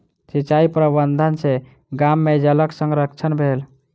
सिचाई प्रबंधन सॅ गाम में जलक संरक्षण भेल